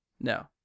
No